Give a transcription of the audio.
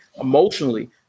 emotionally